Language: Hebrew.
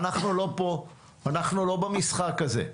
אנחנו לא במשחק הזה,